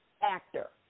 actor